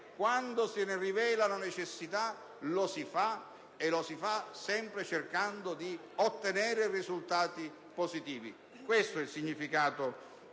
quando se ne rileva la necessità, lo si fa, e lo si fa sempre cercando di ottenere risultati positivi. Questo è il significato